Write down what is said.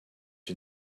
you